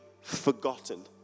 forgotten